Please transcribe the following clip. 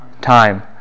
Time